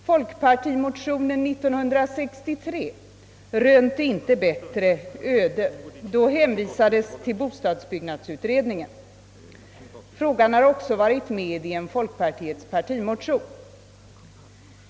Folkpartimotionen 1963 rönte inte bättre öde. Då hänvisade man till bostadsbyggnadsutredningen. Frågan har också tagits upp i en av folkpartiets partimotioner.